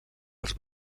els